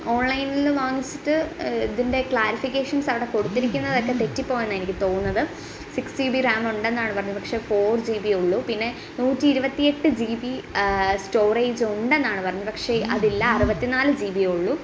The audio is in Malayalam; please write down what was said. ഓൺലൈനിൽ നിന്ന് വാങ്ങിച്ചിട്ട് ഇതിന്റെ ക്ലാരിഫിക്കേഷൻസ് അവിടെ കൊടുത്തിരിക്കുന്നതൊക്കെ തെറ്റിപ്പോയെന്നാണ് എനിക്ക് തോന്നുന്നത് സിക്സ് ജി ബി റാമുണ്ടെന്നാണ് പറഞ്ഞത് പക്ഷേ ഫോർ ജീ ബി യെ ഉളളൂ പിന്നെ നൂറ്റി ഇരുപത്തിയെട്ട് ജി ബി സ്റ്റോറേജുണ്ടെന്നാണ് പറഞ്ഞത് പക്ഷെ അതില്ലാ അറുപത്തിനാല് ജി ബി യെ ഉളളൂ